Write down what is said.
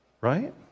right